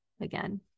again